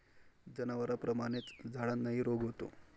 जनावरांप्रमाणेच झाडांनाही रोग होतो